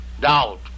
doubt